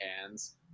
hands